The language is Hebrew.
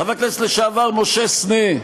חבר הכנסת לשעבר משה סנה,